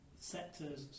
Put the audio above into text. sectors